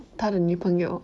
他的女朋友